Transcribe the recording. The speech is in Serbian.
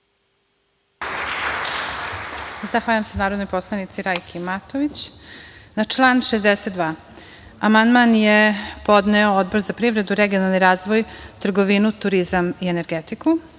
Zahvaljujem se narodnoj poslanici Rajki Matović. Na član 62. amandman je podneo Odbor za privredu, regionalni razvoj, trgovinu i turizam i energetiku.